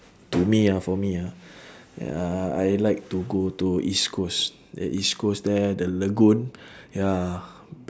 to me ah for me ah ya I like to go to east coast the east coast there the lagoon ya